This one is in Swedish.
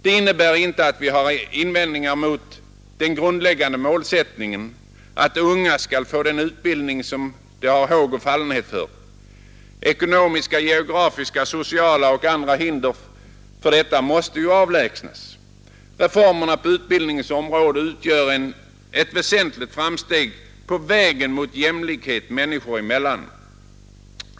Det innebär inte att vi har invändningar mot den grundläggande målsättningen att de unga skall få den utbildning som de har håg och fallenhet för: ekonomiska, geografiska, sociala och andra hinder för detta måste avlägsnas. Reformerna på utbildningens område utgör ett väsentligt framsteg på vägen mot jämlikhet människor emellan.